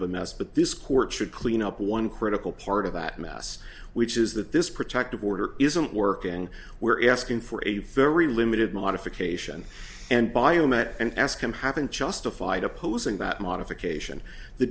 of a mess but this court should clean up one critical part of that mess which is that this protective order isn't working we're asking for a very limited modification and biomet and ask him having justified opposing that modification the